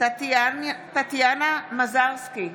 טניה מזרסקי,